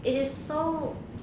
it is so